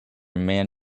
man